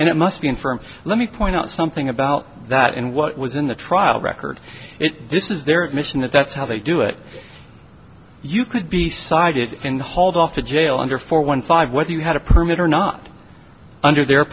and it must be in firm let me point out something about that and what was in the trial record it this is their admission that that's how they do it you could be cited in the hauled off to jail under four one five whether you had a permit or not under their